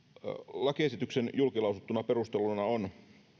lakiesityksen julkilausuttuna perusteluna on